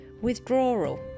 withdrawal